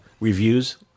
reviews